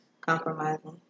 compromising